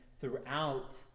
throughout